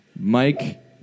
Mike